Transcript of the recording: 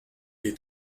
est